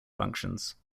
functions